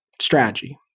strategy